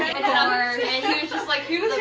and um ah he was just like he